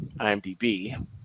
IMDb